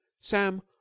Sam